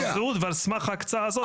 זהות, ועל סמך ההקצאה הזו הם נותנים.